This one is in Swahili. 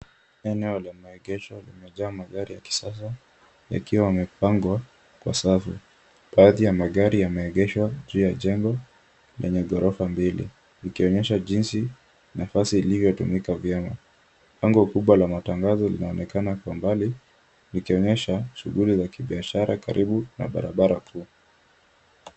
Eneo la maegesho limejaa magari ya kisasa yakiwa yamepangwa kwa safu. Baadhi ya magari yameegeshwa juu ya jengo lenye ghorofa mbili, likionyesha jinsi nafasi ilivyotumika vyema. Bango kubwa la matangazo linaonekana kwa mbali likionyesha shughuli za kibiashara karibu na barabara kuu.